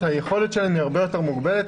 היכולת שלהם היא הרבה יותר מוגבלת.